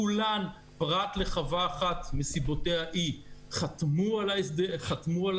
כולן פרט לחווה אחת מסיבותיה היא חתמו על